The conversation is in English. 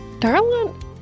Darling